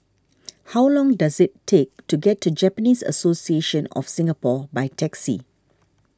how long does it take to get to Japanese Association of Singapore by taxi